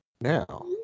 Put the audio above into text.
now